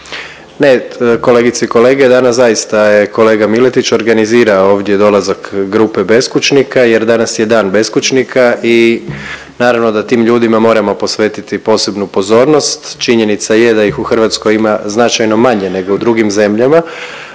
Ne kolegice i kolege danas zaista je kolega Miletić organizirao ovdje dolazak grupe beskućnika jer danas je Dan beskućnika i naravno da tim ljudima moramo posvetiti posebnu pozornost. Činjenica je da ih u Hrvatskoj ima značajno manje nego u drugim zemljama,